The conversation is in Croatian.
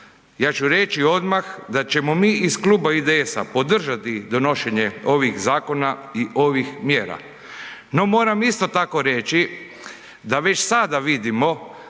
Ja ću reći odmah da ćemo mi iz Kluba IDS-a podržati donošenje ovih zakona i ovih mjera. No, moram isto tako reći da već sada vidimo